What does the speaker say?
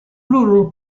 rural